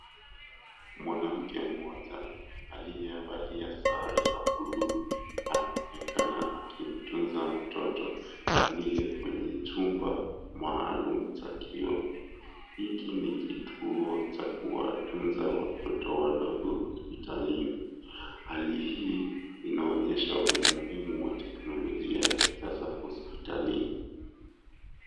Mwanamke mmoja aliyevalia sare ya blu anaonekana akimtunza mtoto aliye kwenye chumba maalum cha kioo, hiki ni kituo cha kuwatunza watoto wadogo hosipitalini, hali hii inaonyesha umuhimu wa teknolojia ya kisasa hospitalini.